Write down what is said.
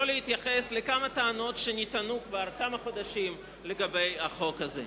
שלא להתייחס לכמה טענות שנטענו כבר כמה חודשים לגבי החוק הזה.